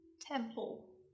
Temple